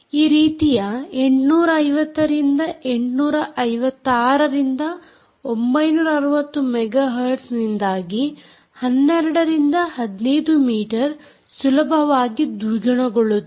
ಈ ರೀತಿಯ 850 ರಿಂದ 856 ರಿಂದ 960 ಮೆಗಾ ಹರ್ಟ್ಸ್ನಿಂದಾಗಿ 12 ರಿಂದ 15 ಮೀಟರ್ ಸುಲಭವಾಗಿ ದ್ವಿಗುಣಗೊಳ್ಳುತ್ತದೆ